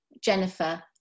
Jennifer